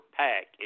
pack